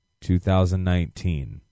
2019